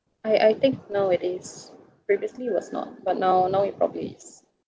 I I think nowadays previously was not but now now it probably is